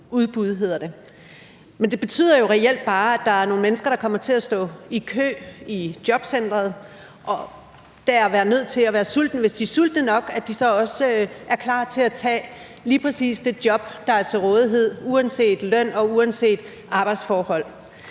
Men det betyder jo reelt bare, at der er nogle mennesker, der kommer til at stå i kø i jobcenteret og dér være nødt til, hvis de er sultne nok, også at være klar til at tage lige præcis det job, der er til rådighed uanset løn og uanset arbejdsforhold.